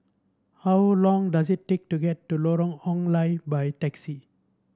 how long does it take to get to Lorong Ong Lye by taxi